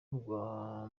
rwa